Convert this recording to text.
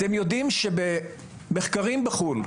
אתם יודעים שבמחקרים בחו"ל,